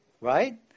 Right